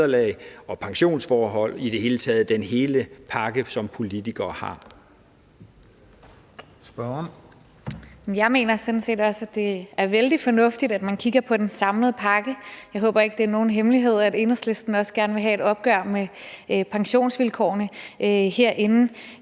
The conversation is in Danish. (Christian Juhl): Spørgeren. Kl. 20:16 Rosa Lund (EL): Jeg mener sådan set også, at det er vældig fornuftigt, at man kigger på den samlede pakke. Jeg håber ikke, det er nogen hemmelighed, at Enhedslisten også gerne vil have et opgør med pensionsvilkårene herinde.